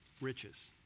riches